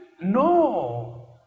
No